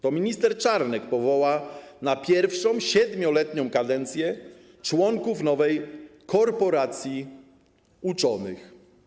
To minister Czarnek powoła na pierwszą 7-letnią kadencję członków nowej korporacji uczonych.